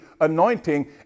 anointing